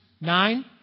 Nine